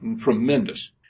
tremendous